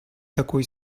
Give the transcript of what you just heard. такой